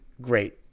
great